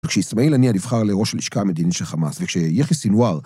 ‫וכשאיסמעיל הנייה נבחר לראש ‫הלשכה המדינית של חמאס, ‫וכשיחיא סינואר...